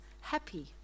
happy